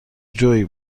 جویی